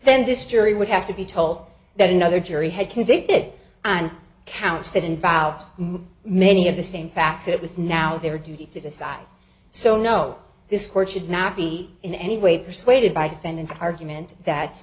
then this jury would have to be told that another jury had convicted an counts that involved many of the same facts it was now their duty to decide so no this court should not be in any way persuaded by defendant argument that